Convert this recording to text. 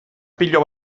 pilo